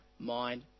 mind